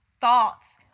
thoughts